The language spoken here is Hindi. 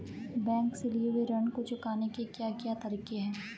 बैंक से लिए हुए ऋण को चुकाने के क्या क्या तरीके हैं?